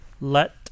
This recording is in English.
Let